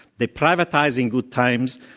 they privatize in good times,